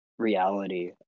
Reality